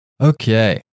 Okay